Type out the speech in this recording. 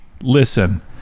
listen